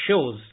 shows